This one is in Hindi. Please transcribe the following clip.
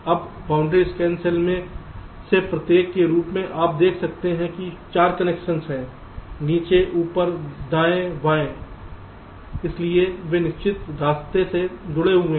अब बाउंड्री स्कैन सेल में से प्रत्येक के रूप में आप देख सकते हैं कि 4 कनेक्शन हैं नीचे ऊपर बाएं और दाएं से एक इसलिए वे निश्चित रास्ते से जुड़े हुए हैं